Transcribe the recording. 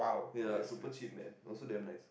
ya super cheap man also damn nice